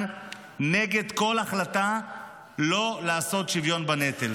נגד כל החלטה לא לעשות שוויון בנטל.